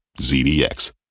ZDX